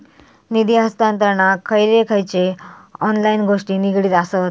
निधी हस्तांतरणाक खयचे खयचे ऑनलाइन गोष्टी निगडीत आसत?